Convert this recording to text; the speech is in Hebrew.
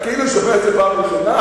אתה כאילו שומע את זה פעם ראשונה,